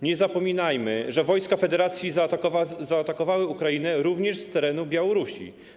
Nie zapominajmy, że wojska Federacji zaatakowały Ukrainę również z terenu Białorusi.